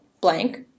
blank